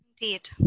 Indeed